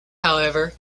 however